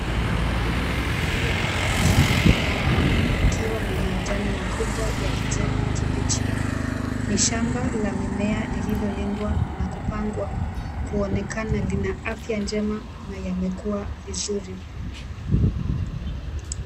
Migomba iliyopandwa chini ya paa ikiwa na majani makubwa ya kijani kibichi, ni shamba la mimea lililolindwa na kupangwa kuonekana lina afya njema na yamekuwa vizuri.